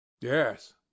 yes